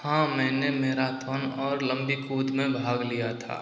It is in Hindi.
हाँ मैंने मैराथौन और लंबी कूद में भाग लिया था